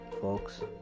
folks